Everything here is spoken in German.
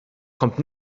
kommt